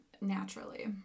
naturally